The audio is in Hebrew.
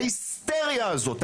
ההיסטריה הזאת,